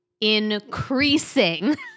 increasing